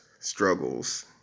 struggles